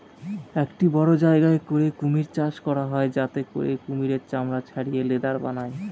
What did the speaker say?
একটা বড়ো জায়গা করে কুমির চাষ করা হয় যাতে করে কুমিরের চামড়া ছাড়িয়ে লেদার বানায়